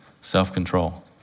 self-control